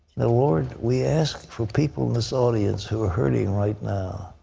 lord, we ask for people in this audience who are hurting right now